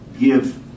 Give